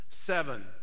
Seven